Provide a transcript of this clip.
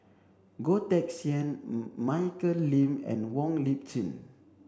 Goh Teck Sian Michelle Lim and Wong Lip Chin